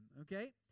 Okay